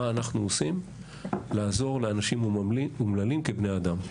מה אנחנו עושים לעזור לאנשים אומללים כבני אדם,